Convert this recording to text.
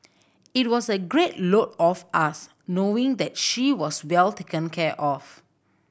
it was a great load off us knowing that she was well taken care of